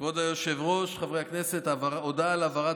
לחבר הכנסת יצחק פינדרוס,